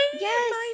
yes